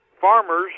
farmers